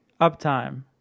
Uptime